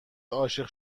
عاشق